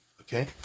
Okay